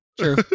True